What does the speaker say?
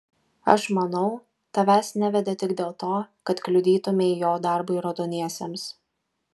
aš manau tavęs nevedė tik dėl to kad kliudytumei jo darbui raudoniesiems